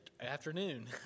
afternoon